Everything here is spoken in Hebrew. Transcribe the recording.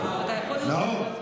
לצאת, שנייה.